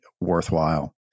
worthwhile